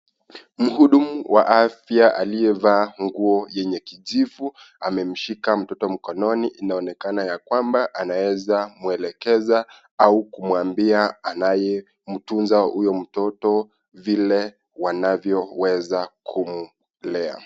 Mhudumu wa afya aliyevaa nguo yenye kijivu, amemshika mtoto mkononi inaonekana ya kwamba anaweza mwelekeza au kumwambia anayemtunza huyo mtoto vile wanavyoweza kumlea.